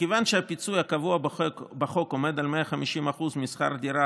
מכיוון שהפיצוי הקבוע בחוק עומד על 150% משכר דירה